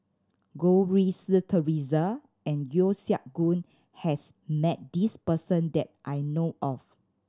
Goh Rui Si Theresa and Yeo Siak Goon has met this person that I know of